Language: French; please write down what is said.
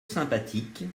sympathique